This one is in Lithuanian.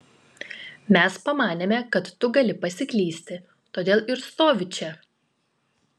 mes pamanėme kad tu gali pasiklysti todėl ir stoviu čia